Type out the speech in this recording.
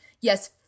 Yes